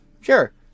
sure